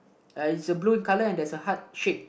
uh it's a blue color and there's a heart shape